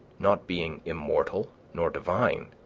not being immortal nor divine,